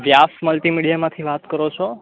વ્યાસ મલ્ટી મીડિયામાંથી વાત કરો છો